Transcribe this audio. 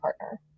partner